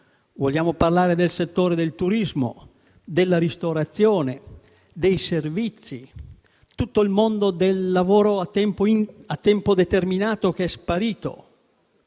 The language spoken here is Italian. Vogliamo parlare del settore del turismo, della ristorazione, dei servizi, di tutto il mondo del lavoro a tempo determinato che è sparito?